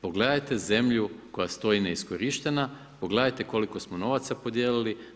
Pogledajte zemlju koja stoji neiskorištena, pogledajte koliko smo novaca podijelili.